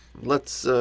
let's